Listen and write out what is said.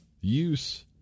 Use